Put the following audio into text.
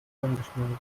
angeschnallt